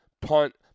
punt